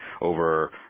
over